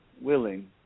willing